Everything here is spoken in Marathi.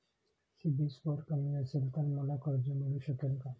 सिबिल स्कोअर कमी असेल तर मला कर्ज मिळू शकेल का?